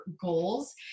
goals